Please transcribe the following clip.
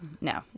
No